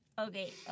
Okay